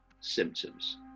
symptoms